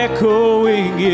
Echoing